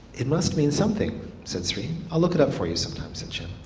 it must mean something said sri. i'll look it up for you some time said chen.